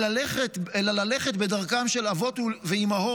אלא ללכת בדרכם של אבות ואימהות,